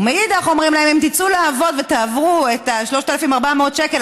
ומנגד אומרים להם: אם תצאו לעבוד ותעברו את ה-3,400 שקל,